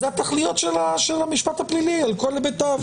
אלו התכליות של המשפט הפלילי על כל היבטיו,